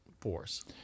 force